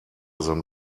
than